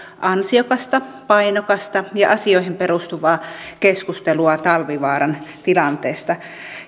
ansiokasta painokasta ja asioihin perustuvaa keskustelua talvivaaran tilanteesta